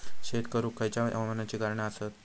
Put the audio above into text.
शेत करुक खयच्या हवामानाची कारणा आसत?